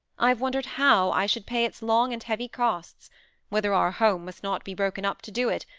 i have wondered how i should pay its long and heavy costs whether our home must not be broken up to do it,